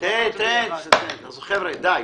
חבר'ה, די.